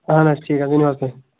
اَہن حظ ٹھیٖک حظ ؤنِو حظ تُہۍ